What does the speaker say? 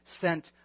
sent